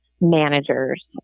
managers